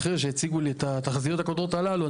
אחרי שהציגו לי את התחזיות הקודרות הללו.